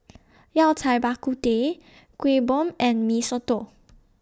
Yao Cai Bak Kut Teh Kuih Bom and Mee Soto